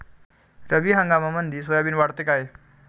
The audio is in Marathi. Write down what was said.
रब्बी हंगामामंदी सोयाबीन वाढते काय?